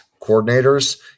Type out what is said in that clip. coordinators